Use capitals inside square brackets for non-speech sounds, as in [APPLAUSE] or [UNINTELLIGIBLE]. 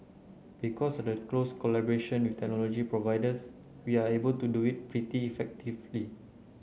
because [UNINTELLIGIBLE] the close collaboration with technology providers we are able to do it pretty effectively